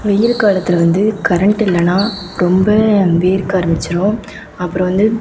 வெயில் காலத்தில் வந்து கரெண்ட் இல்லைனா ரொம்ப வேர்க்க ஆரம்பிச்சிடும் அப்புறம் வந்து